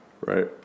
right